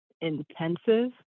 intensive